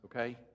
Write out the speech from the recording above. okay